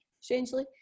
strangely